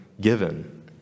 given